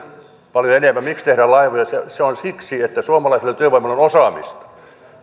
paljon enemmän miksi tehdään laivoja se se on siksi että suomalaisella työvoimalla on osaamista